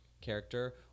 character